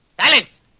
Silence